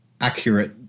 accurate